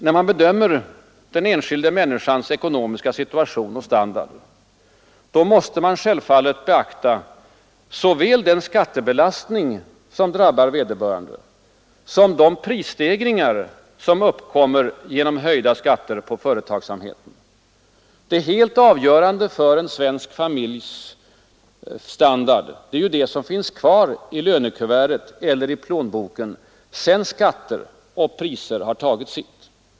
När man bedömer den enskilda människans ekonomiska situation och standard måste man självfallet beakta såväl den skattebelastning som drabbar vederbörande som de prisstegringar som uppkommer genom höjda skatter på företagsamheten. Det helt avgörande för en svensk familjs standard är ju det som finns kvar i lönekuvertet eller i plånboken sedan skatter och priser har tagit sitt.